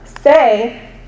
say